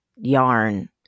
yarn